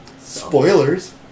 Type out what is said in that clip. Spoilers